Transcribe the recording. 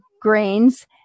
grains